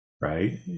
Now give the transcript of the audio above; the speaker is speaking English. right